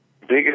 Biggest